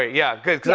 yeah, good.